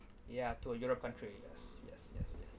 ya to a europe country yes yes yes yes